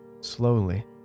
Slowly